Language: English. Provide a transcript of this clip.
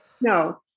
No